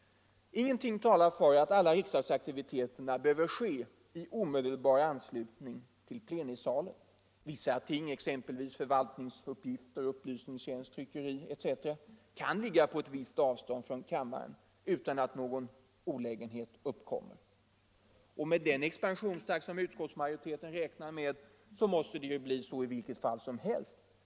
Ingenting talar för att alla riksdagsaktiviteterna behöver ske i omedelbar anslutning till plenisalen. Vissa ting, exempelvis förvaltningsuppgifter, tryckeri etc., kan ligga på ett visst avstånd från kammaren utan att någon olägenhet uppkommer. Med den expansionstakt som utskottsmajoriteten räknar med måste det ju bli så i vilket fall som helst.